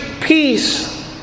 peace